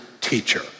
teacher